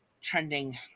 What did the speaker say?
trending